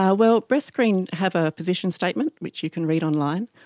ah well, breast screen have a position statement which you can read online.